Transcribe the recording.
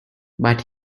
but